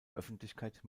öffentlichkeit